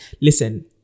listen